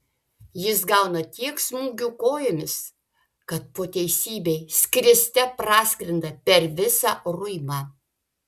jis gauna tiek smūgių kojomis kad po teisybei skriste praskrenda per visą ruimą